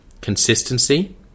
consistency